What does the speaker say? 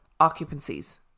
occupancies